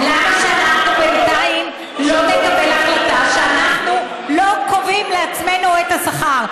למה שאנחנו בינתיים לא נקבל החלטה שאנחנו לא קובעים לעצמנו את השכר?